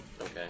Okay